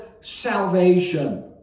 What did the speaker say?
salvation